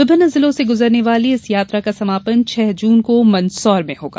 विभिन्न जिलों से गुजरने वाली इस यात्रा का समापन छह जून को मंदसौर में होगा